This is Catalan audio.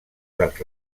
dels